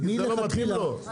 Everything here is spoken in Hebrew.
זה לא מתאים לו?